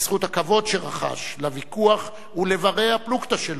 בזכות הכבוד שרחש לוויכוח ולבני-הפלוגתא שלו,